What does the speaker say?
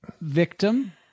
victim